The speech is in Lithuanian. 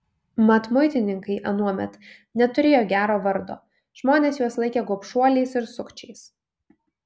mat muitininkai anuomet neturėjo gero vardo žmonės juos laikė gobšuoliais ir sukčiais